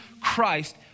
Christ